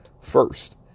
first